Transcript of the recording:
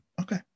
okay